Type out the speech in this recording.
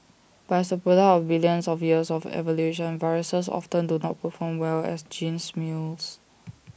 but as the product of billions of years of evolution viruses often do not perform well as gene mules